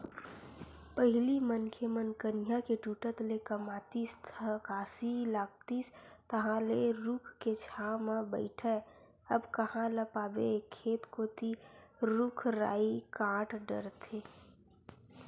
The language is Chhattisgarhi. पहिली मनखे मन कनिहा के टूटत ले कमातिस थकासी लागतिस तहांले रूख के छांव म बइठय अब कांहा ल पाबे खेत कोती रुख राई कांट डरथे